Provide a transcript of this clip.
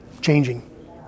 changing